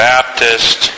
Baptist